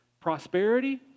prosperity